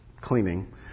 cleaning